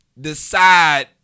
decide